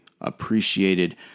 appreciated